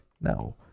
No